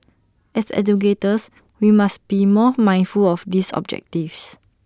as educators we must be more mindful of these objectives